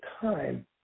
time